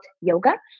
yoga